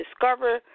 discover